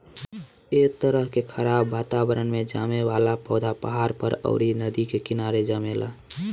ए तरह के खराब वातावरण में जामे वाला पौधा पहाड़ पर, अउरी नदी के किनारे जामेला